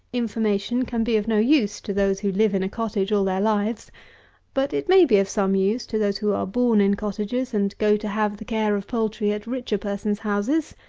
information can be of no use to those who live in a cottage all their lives but it may be of some use to those who are born in cottages, and go to have the care of poultry at richer persons' houses.